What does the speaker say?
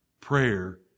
prayer